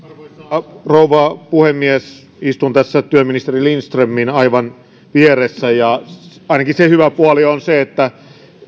arvoisa rouva puhemies istun aivan tässä työministeri lindströmin vieressä ja sen hyvä puoli on ainakin se että